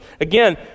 Again